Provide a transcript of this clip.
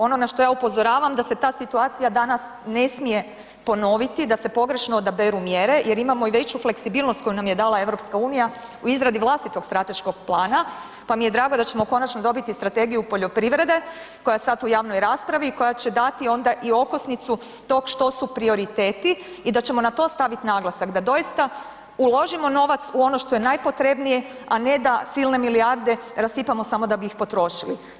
Ono na što ja upozoravam da se ta situacija danas ne smije ponoviti, da se pogrešno odaberu mjere jer imamo i veću fleksibilnost koju nam je dala EU u izradi vlastitog strateškog plana pa mi je drago da ćemo konačno dobiti strategiju poljoprivrede koja je sada u javnoj raspravi i koja će dati onda i okosnicu tog što su prioriteti i da ćemo na to staviti naglasak, da doista uložimo novac u ono što je najpotrebnije, a ne da silne milijarde rasipamo samo da bi ih potrošili.